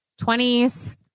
20s